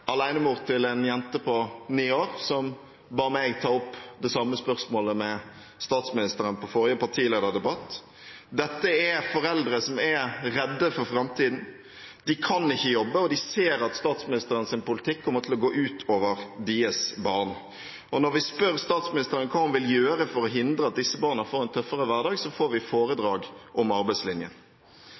en jente på 9 år, som ba meg ta opp det samme spørsmålet med statsministeren under forrige partilederdebatt. Dette er foreldre som er redde for framtiden. De kan ikke jobbe, og de ser at statsministerens politikk kommer til å gå ut over deres barn. Og når vi spør statsministeren hva hun vil gjøre for å hindre at disse barna får en tøffere hverdag, får vi foredrag om arbeidslinjen.